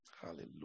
Hallelujah